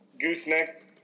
gooseneck